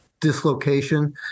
dislocation